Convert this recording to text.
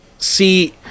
See